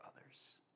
others